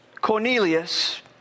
Cornelius